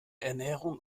ernährung